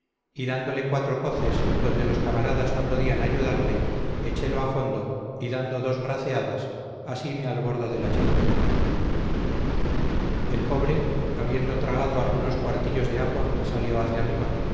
dándole cuatro coces donde los camaradas no podían ayudarle echélo a fondo y dando dos braceadas asime al bordo de la chalupa el pobre habiendo tragado algunos cuartillos de agua salió hacia arriba